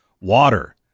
water